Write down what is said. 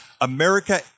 America